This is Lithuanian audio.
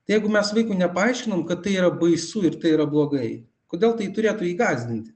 tai jeigu mes vaikui nepaaiškinom kad tai yra baisu ir tai yra blogai kodėl tai turėtų jį gąsdinti